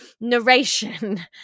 narration